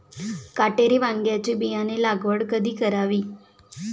काटेरी वांग्याची बियाणे लागवड कधी करावी?